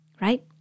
right